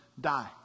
die